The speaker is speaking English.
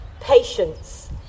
Patience